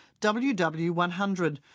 WW100